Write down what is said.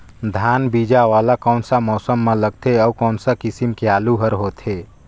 धान बीजा वाला कोन सा मौसम म लगथे अउ कोन सा किसम के आलू हर होथे?